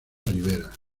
rivera